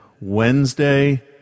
Wednesday